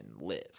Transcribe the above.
live